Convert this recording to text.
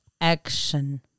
action